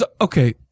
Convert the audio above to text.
Okay